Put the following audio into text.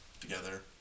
together